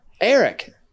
Eric